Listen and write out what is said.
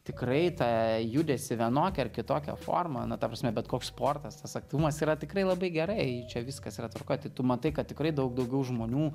tikrai tą judesį vienokia ar kitokia forma na ta prasme bet koks sportas tas aktyvumas yra tikrai labai gerai čia viskas yra tvarkoj tai tu matai kad tikrai daug daugiau žmonių